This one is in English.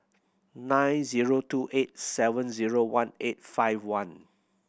nine zero two eight seven zero one eight five one